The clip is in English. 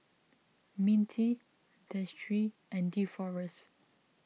Mintie Destry and Deforest